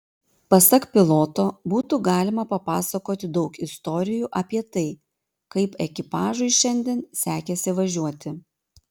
pasak piloto būtų galima papasakoti daug istorijų apie tai kaip ekipažui šiandien sekėsi važiuoti